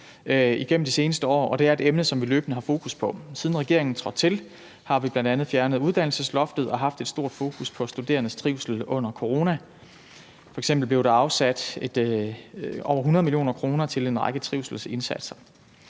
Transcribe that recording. det er et emne, som vi løbende har fokus på. Siden regeringen trådte til, har vi bl.a. fjernet uddannelsesloftet og haft et stort fokus på studerendes trivsel under corona. F.eks. blev der afsat over 100 mio. kr. til en række trivselsindsatser.